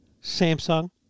Samsung